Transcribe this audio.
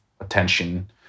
attention